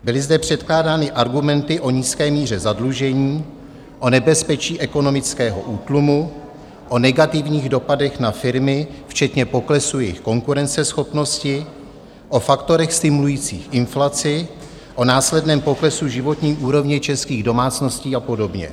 Byly zde předkládány argumenty o nízké míře zadlužení, o nebezpečí ekonomického útlumu, o negativních dopadech na firmy, včetně poklesu jejich konkurenceschopnosti, o faktorech stimulujících inflaci, o následném poklesu životní úrovně české domácnosti apod.